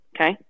Okay